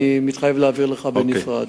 אני מתחייב להעביר לך בנפרד.